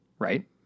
Right